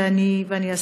ואני אסביר.